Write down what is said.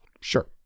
sure